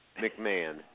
McMahon